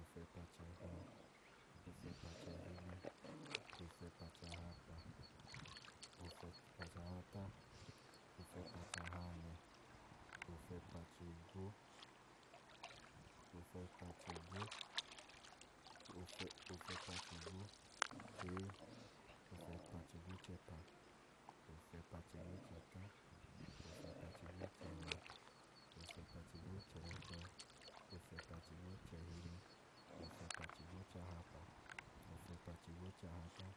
Ofẹpa-chẹhọ, ofẹpa-chẹhili, ofẹpa-chahapa, ofẹpa-chahata, ofẹpa-chahanẹ, ofẹpa-chigwo, ofẹpa-chigwo, ofẹpa-chigwo, ofẹpa-chigwo-chee, ofẹpa-chigwo-chẹpa, ofẹpa-chigwo-chẹta, ofẹpa-chigwo-chẹnẹ, ofẹpa-chigwo-chẹhọ, ofẹpa-chigwo-chẹhili, ofẹpa-chigwo-chahapa, ofẹpa-chigwo-chahata,